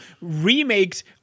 remakes